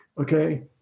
Okay